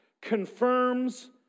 confirms